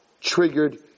triggered